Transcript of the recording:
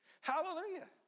Hallelujah